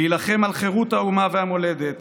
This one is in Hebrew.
להילחם על חירות האומה והמולדת,